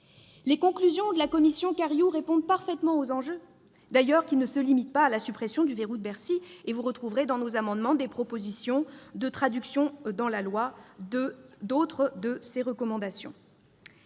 Les conclusions de la mission Cariou répondent parfaitement aux enjeux, qui ne se limitent d'ailleurs pas à la suppression du verrou de Bercy. Vous retrouverez, dans nos amendements, des propositions de traduction dans la loi de ses recommandations.